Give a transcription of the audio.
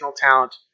talent